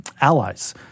allies